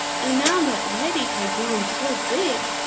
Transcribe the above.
and now that reddy had grown so big,